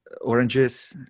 oranges